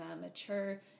mature